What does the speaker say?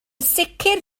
sicr